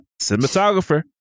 cinematographer